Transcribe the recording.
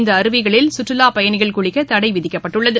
இந்தஅருவிகளில் சுற்றுலாப் பயணிகள் குளிக்கதடைவிதிக்கப்பட்டுள்ளது